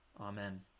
Amen